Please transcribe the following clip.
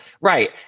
Right